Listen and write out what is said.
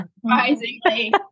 Surprisingly